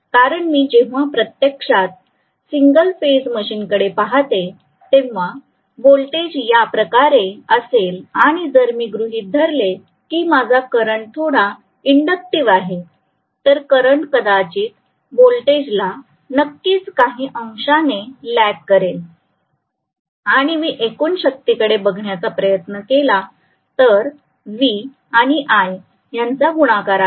कारण मी जेव्हा प्रत्यक्षात सिंगल फेज मशीनकडे पाहातो तेव्हा वोल्टेज याप्रकारे असेल आणि जर मी गृहीत धरले की माझा करंट थोडा इंडक्टिव आहे तर करंट कदाचित वोल्टेजला नक्कीच काही अंशाने लॅग करेल आणि मी एकूण शक्तीकडे बघण्याचा प्रयत्न केला तर V आणि I यांचा गुणाकार आहे